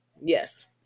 Yes